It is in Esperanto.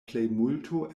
plejmulto